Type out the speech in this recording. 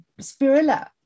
spirilla